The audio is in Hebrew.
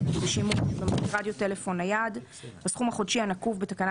שימוש במכשיר רדיו-טלפון-נייד בסכום החודשי הנקוב בתקנה